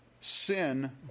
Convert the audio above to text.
sin